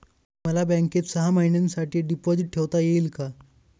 मला बँकेत सहा महिन्यांसाठी डिपॉझिट ठेवता येईल का?